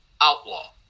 Outlaw